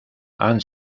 han